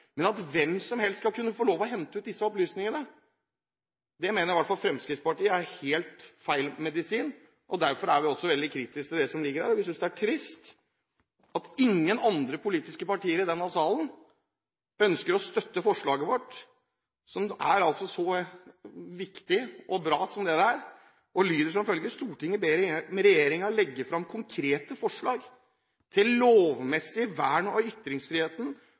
men at hvem som helst skal få lov til å hente ut disse opplysningene, mener i hvert fall Fremskrittspartiet er helt feil medisin. Derfor er vi også veldig kritiske til det som ligger her. Vi synes det er trist at ingen andre politiske partier i denne salen ønsker å støtte forslaget vårt, som er så viktig og bra, og som lyder som følger: «Stortinget ber regjeringen legge fram konkrete forslag til lovmessig vern av